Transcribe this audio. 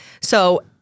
So-